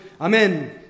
amen